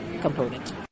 component